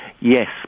Yes